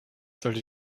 sollte